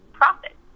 profit